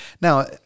Now